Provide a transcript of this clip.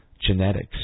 genetics